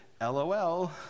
LOL